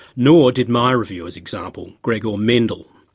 nor did my reviewer's example, gregor mendel,